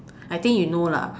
I think you know lah